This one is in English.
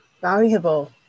valuable